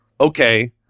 okay